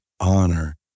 honor